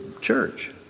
church